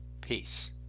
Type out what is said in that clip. Peace